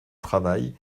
travail